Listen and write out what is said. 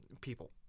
people